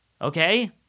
Okay